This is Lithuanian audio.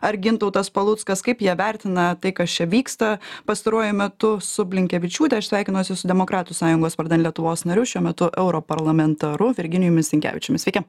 ar gintautas paluckas kaip jie vertina tai kas čia vyksta pastaruoju metu su blinkevičiūte aš sveikinuosi su demokratų sąjungos vardan lietuvos narių šiuo metu europarlamentaru virginijumi sinkevičiumi sveiki